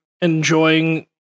enjoying